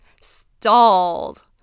stalled